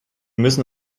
müssen